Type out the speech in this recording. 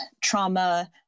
trauma